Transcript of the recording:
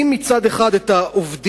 מצד אחד מביאים את העובדים,